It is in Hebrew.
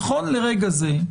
נכון לרגע זה,